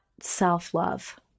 Self-love